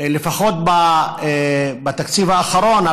לפחות בתקציב האחרון,